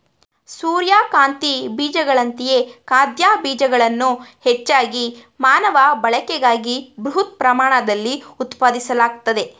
ಸೂರ್ಯಕಾಂತಿ ಬೀಜಗಳಂತೆಯೇ ಖಾದ್ಯ ಬೀಜಗಳನ್ನು ಹೆಚ್ಚಾಗಿ ಮಾನವ ಬಳಕೆಗಾಗಿ ಬೃಹತ್ ಪ್ರಮಾಣದಲ್ಲಿ ಉತ್ಪಾದಿಸಲಾಗ್ತದೆ